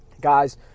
guys